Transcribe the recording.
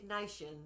nation